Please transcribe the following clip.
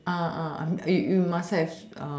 uh I mean you you must have